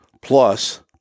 plus